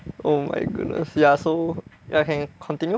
oh my goodness ya so ya can continue